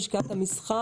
לשכת המסחר,